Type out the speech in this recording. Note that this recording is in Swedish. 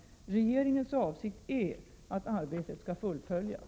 Regeringens avsikt är att arbetet skall fullföljas.